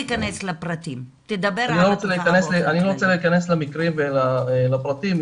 אני לא רוצה להיכנס למקרים ולפרטים.